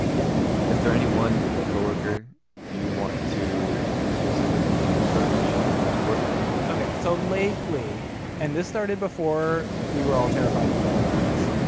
yeah is there any one co-worker you want to specifically encourage to work from home? ok. so lately and this started before we were all terrified of coronavirus.